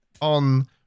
On